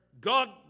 God